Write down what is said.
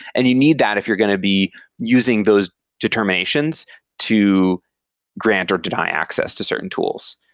and you need that if you're going to be using those determinations to grant or deny access to certain tools.